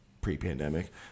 pre-pandemic